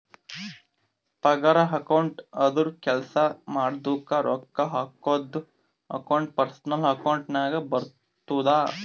ಪಗಾರ ಅಕೌಂಟ್ ಅಂದುರ್ ಕೆಲ್ಸಾ ಮಾಡಿದುಕ ರೊಕ್ಕಾ ಹಾಕದ್ದು ಅಕೌಂಟ್ ಪರ್ಸನಲ್ ಅಕೌಂಟ್ ನಾಗೆ ಬರ್ತುದ